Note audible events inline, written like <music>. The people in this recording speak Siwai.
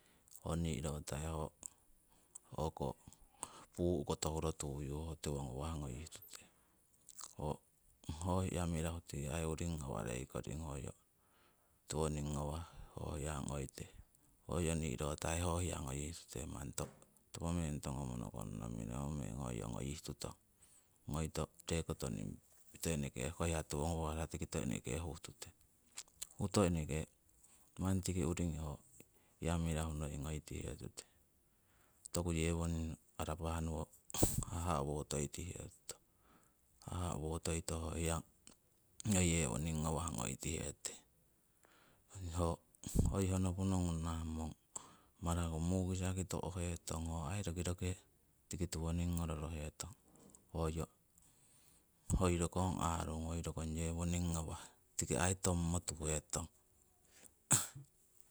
Ho ni'rotai ho o'ko puu' koto huro tuyu ho tiwo ngawah ngoyih tute, ho hiya mirahu tiki uringi ngawarei koring hoyo ho hiya tiwoning ngawah ngoite hoyo ni'rotai ho hiya ngoyih tute manni topo meng tongumo nokunnong mirahu meng hoyo ngoyih tutong ngoito tii kotoning pito eneke hoko hiya tiwoning ngawah rakitito eneke huhtute. Huto eneke manni tiki uringi ho hiya mirahu ngoithe tute toku, yewoning arapah nowo <noise> haha'wo toitihe tong, haha'wo toito ho hiya noi yewoning ngawah ngoitihe tute. Ho hoi honoponongu nahamong marako mukisaki to'hetong ho ai roki reke tiki tiwoning ngororo hetong hoyo hoi rokong arung hoi rokong yewoning ngawah tiki aii tongmo tuhetong <noise>